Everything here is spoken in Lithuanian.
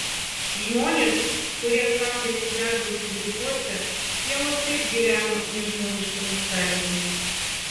žmonės kurie samdėsi darbui fabrikuose jau ir taip gyveno nežmoniškomis sąlygomis